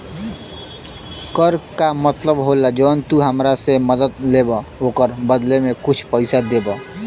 कर का मतलब होला जौन तू हमरा से मदद लेबा ओकरे बदले कुछ पइसा देबा